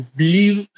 believe